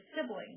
sibling